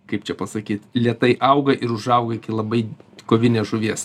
kaip čia pasakyt lėtai auga ir užauga iki labai kovinės žuvies